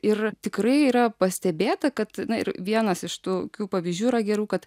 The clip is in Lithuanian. ir tikrai yra pastebėta kad ir vienas iš tokių pavyzdžių yra gerų kad